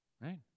right